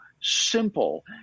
simple